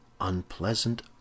unpleasant